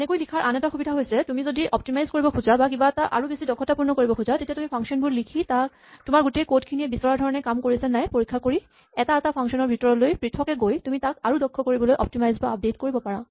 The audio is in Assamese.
এনেকৈ লিখাৰ আন এটা সুবিধা হৈছে তুমি যদি অপ্তিমাইজ কৰিব খোজা বা কিবা এটা আৰু বেছি দক্ষতাপূৰ্ণ কৰিব খোজা তেতিয়া তুমি ফাংচন বোৰ লিখি তোমাৰ গোটেই কড খিনিয়ে বিচৰা ধৰণে কাম কৰিছে নাই পৰীক্ষা কৰি এটা এটা ফাংচন ৰ ভিতৰলৈ পৃথকে গৈ তুমি তাক আৰু দক্ষ কৰিবলৈ অপ্তিমাইজ বা আপডেট কৰিব পাৰা